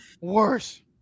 worse